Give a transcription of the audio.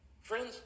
Friends